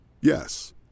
Yes